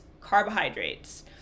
carbohydrates